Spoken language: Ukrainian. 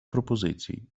пропозицій